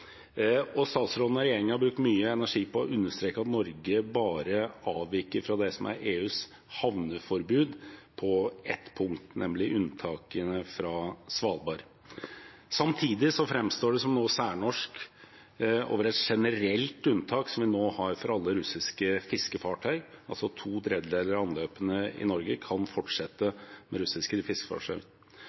og regjeringen har brukt mye energi på å understreke at Norge bare avviker fra EUs havneforbud på ett punkt, nemlig unntakene for Svalbard. Samtidig framstår det som noe særnorsk over et generelt unntak som vi nå har for alle russiske fiskefartøy. To tredjedeler av anløpene i Norge kan altså fortsette for russiske